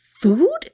food